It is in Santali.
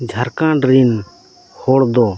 ᱡᱷᱟᱨᱠᱷᱟᱸᱰ ᱨᱤᱱ ᱦᱚᱲ ᱫᱚ